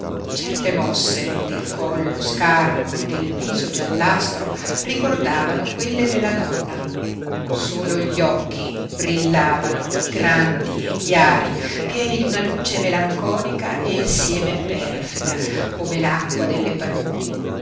certe mosse del collo scarno e del viso giallastro ricordavano quelle della nonna solo gli occhi brillavano grandi e chiari pieni di una luce melanconica e insieme perfida come l'acqua delle paludi